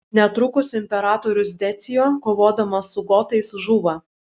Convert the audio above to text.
netrukus imperatorius decio kovodamas su gotais žūva